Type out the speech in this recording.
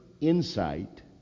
insight